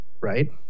right